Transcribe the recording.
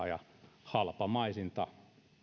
ja halpamaisinta